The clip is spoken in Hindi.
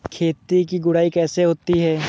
खेत की गुड़ाई कैसे होती हैं?